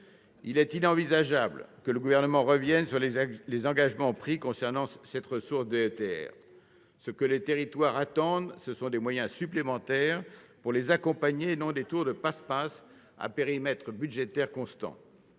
Il est inenvisageable que le Gouvernement revienne sur les engagements pris concernant la ressource DETR. Ce que les territoires attendent, ce sont des moyens supplémentaires pour les accompagner, et non des tours de passe-passe à périmètre budgétaire constant.